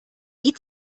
die